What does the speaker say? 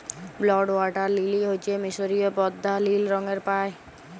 blue water lily হচ্যে মিসরীয় পদ্দা লিল রঙের পায়